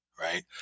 right